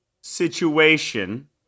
situation